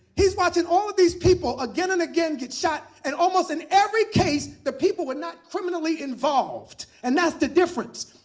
he's watching all of these people, again and again, get shot. and almost in every case, the people were not criminally involved. and that's the difference.